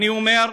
אני אומר,